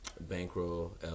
Bankroll